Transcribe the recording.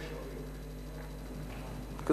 בחודש,